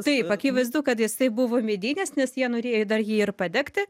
taip akivaizdu kad jisai buvo medinis nes jie norėjo dar jį ir padegti